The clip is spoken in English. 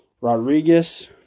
Rodriguez